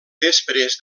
després